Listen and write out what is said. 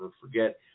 forget